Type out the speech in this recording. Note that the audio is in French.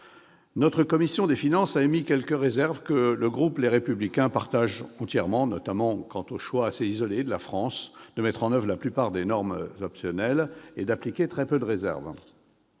Notre commission des finances a émis quelques réserves que le groupe Les Républicains partage entièrement, notamment quant au choix assez isolé de la France de mettre en oeuvre la plupart des normes optionnelles et d'appliquer très peu de réserves.